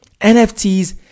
NFTs